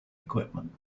equipment